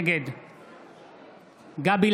נגד גבי לסקי,